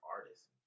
artists